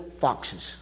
foxes